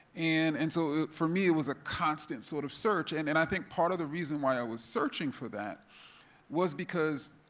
and and so for me, it was a constant sort of search. and then and i think part of the reason why i was searching for that was because,